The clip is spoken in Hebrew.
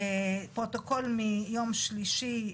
פרוטוקול מיום שלישי,